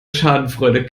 schadenfreude